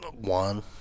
One